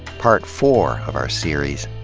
part four of our series,